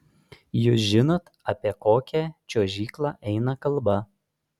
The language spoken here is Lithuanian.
jūs žinot apie kokią čiuožyklą eina kalba